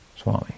Swami